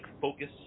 focus